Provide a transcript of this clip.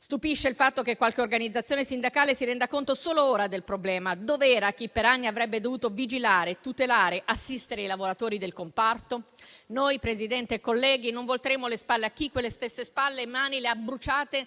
Stupisce il fatto che qualche organizzazione sindacale si renda conto solo ora del problema. Dov'era chi per anni avrebbe dovuto vigilare, tutelare e assistere i lavoratori del comparto? Signor Presidente, colleghi, noi non volteremo le spalle a chi quelle stesse spalle e mani le ha bruciate